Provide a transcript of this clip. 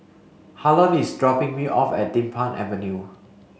Harlon is dropping me off at Din Pang Avenue